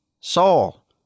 Saul